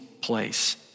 place